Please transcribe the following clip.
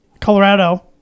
Colorado